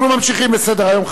אנחנו ממשיכים בסדר-היום,